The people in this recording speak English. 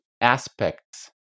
aspects